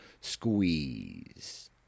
squeeze